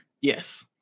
Yes